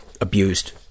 abused